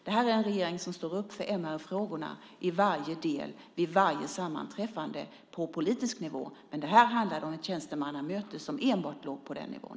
Det här är en regering som står upp för MR-frågorna i varje del vid varje sammanträffande på politisk nivå. Men det här handlade om ett tjänstemannamöte som enbart låg på den nivån.